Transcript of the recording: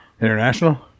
International